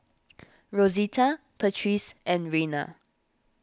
Rosita Patrice and Rena